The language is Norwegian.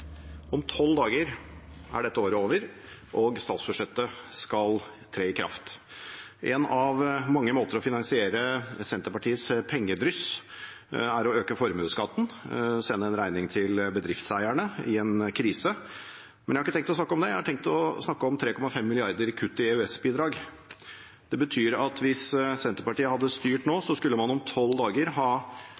dette året over, og statsbudsjettet skal tre i kraft. En av mange måter å finansiere Senterpartiets pengedryss på, er å øke formuesskatten, sende en regning til bedriftseierne i en krise. Men jeg har ikke tenkt å snakke om det, jeg har tenkt å snakke om 3,5 mrd. kr i kutt til EØS-bidrag. Det betyr at hvis Senterpartiet hadde styrt nå, skulle man om tolv dager ha